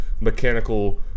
mechanical